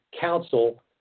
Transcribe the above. Council